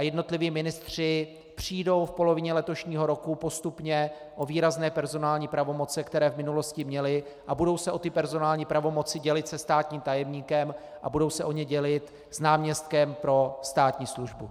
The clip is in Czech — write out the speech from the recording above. Jednotliví ministři přijdou v polovině letošního roku postupně o výrazné personální pravomoci, které v minulosti měli, a budou se o tyto personální pravomoci dělit se státním tajemníkem a budou se o ně dělit s náměstkem pro státní službu.